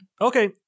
Okay